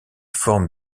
forme